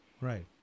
right